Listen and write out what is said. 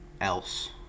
else